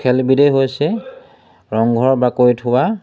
খেলবিধেই হৈছে ৰংঘৰ বাকৰিত হোৱা